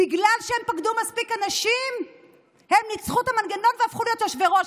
בגלל שהם פקדו מספיק אנשים הם ניצחו את המנגנון והפכו להיות יושבי-ראש,